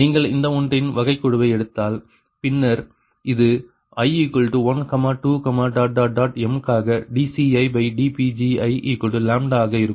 நீங்கள் இந்த ஒன்றின் வகைக்கெழுவை எடுத்தால் பின்னர் இது i12m க்காக dCidPgi ஆக இருக்கும்